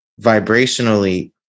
vibrationally